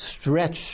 stretch